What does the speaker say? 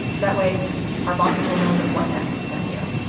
that way our bosses will know that what next set you?